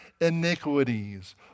iniquities